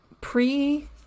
pre